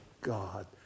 God